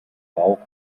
rauch